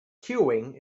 queuing